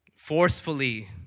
forcefully